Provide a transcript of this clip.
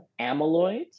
amyloid